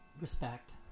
Respect